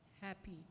happy